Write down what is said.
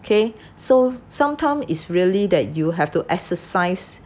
okay so sometime is really that you will have to exercise